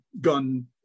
gun